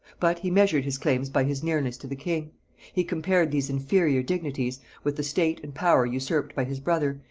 but he measured his claims by his nearness to the king he compared these inferior dignities with the state and power usurped by his brother,